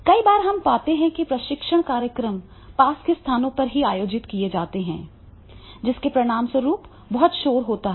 कई बार हम पाते हैं कि प्रशिक्षण कार्यक्रम पास के स्थानों पर ही आयोजित किए जाते हैं जिसके परिणामस्वरूप बहुत शोर होता है